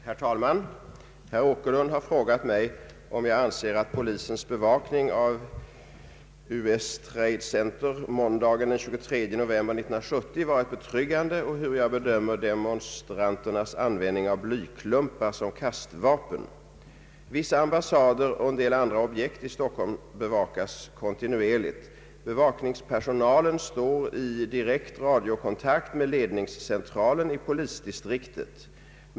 Herr talman! Herr Åkerlund har frågat mig om jag anser att polisens bevakning av US Trade Center måndagen den 23 november 1970 varit betryggande och hur jag bedömer demonstranternas användning av blyklumpar som kastvapen. Vissa ambassader och en del andra objekt i Stockholm bevakas kontinuerligt. Bevakningspersonalen står i direkt radiokontakt med ledningscentralen i Polisdistriktet.